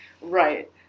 Right